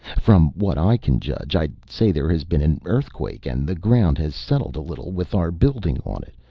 from what i can judge, i'd say there has been an earthquake, and the ground has settled a little with our building on it,